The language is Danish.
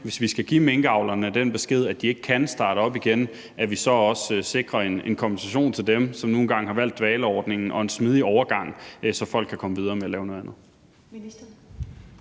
hvis vi skal give minkavlerne den besked, at de ikke kan starte op igen, synes jeg, det er vigtigt, at vi er klar til også at sikre en kompensation til dem, som nu engang har valgt dvaleordningen, og en smidig overgang, så folk kan komme videre med at lave noget andet.